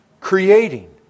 creating